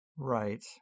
Right